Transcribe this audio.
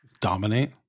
dominate